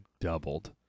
doubled